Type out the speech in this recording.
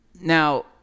now